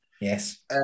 Yes